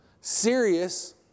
serious